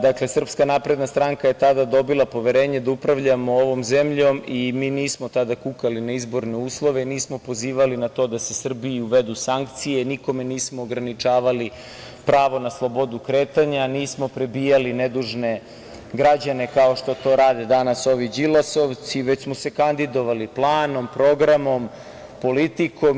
Dakle, SNS je tada dobila poverenje da upravljamo ovom zemljom i mi nismo tada kukali na izborne uslove i nismo pozivali na to da se Srbiji uvedu sankcije, nikome nismo ograničavali pravo na slobodu kretanja, nismo prebijali nedužne građane kao što to rade danas ovi đilasovci, već smo se kandidovali planom, programom, politikom.